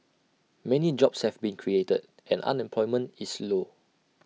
many jobs have been created and unemployment is low